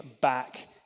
back